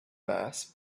mass